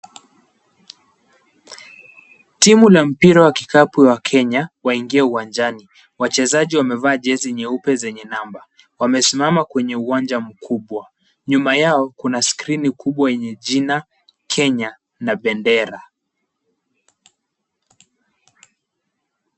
Timu la mpira wa kikapu wa Kenya, waingia uwanjani. Wachezaji wamevaa jezi nyeupe zenye namba . Wamesimama kwenye uwanja mkubwa. Nyuma yao kuna skrini kubwa yenye jina Kenya na bendera.